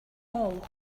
all